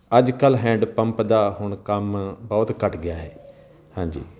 ਅੱਜ ਕੱਲ੍ਹ hand pump ਦਾ ਹੁਣ ਕੰਮ ਬਹੁਤ ਘੱਟ ਗਿਆ ਹੈ ਹਾਂਜੀ